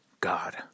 God